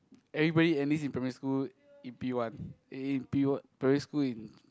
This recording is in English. everybody enlist in primary school in P one in in P~ primary school in